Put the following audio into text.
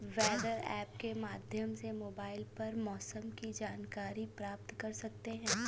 weather app के माध्यम से मोबाइल पर मौसम की जानकारी प्राप्त कर सकते हैं